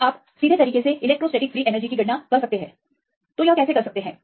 या आप सीधे इलेक्ट्रोस्टैटिक फ्री एनर्जी की गणना कैसे कर सकते हैं